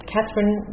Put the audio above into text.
Catherine